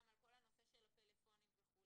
גם על כל הנושא של הפלאפונים וכו'.